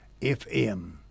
FM